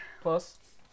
plus